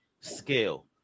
scale